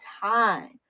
time